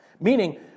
Meaning